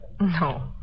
No